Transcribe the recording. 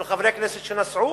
של חברי הכנסת שנסעו,